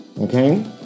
Okay